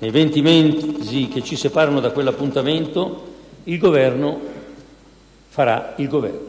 Nei venti mesi che ci separano da quell'appuntamento, il Governo farà il Governo: